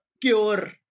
cure